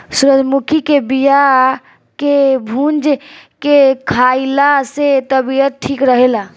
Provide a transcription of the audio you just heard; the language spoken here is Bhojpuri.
सूरजमुखी के बिया के भूंज के खाइला से तबियत ठीक रहेला